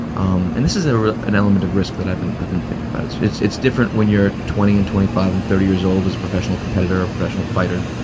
um and this is ah an element of risk that i've been i've been thinking about. it's it's different when you're twenty, and twenty five, and thirty years old as a professional competitor or professional fighter.